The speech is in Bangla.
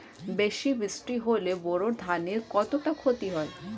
বেশি বৃষ্টি হলে বোরো ধানের কতটা খতি হবে?